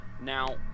Now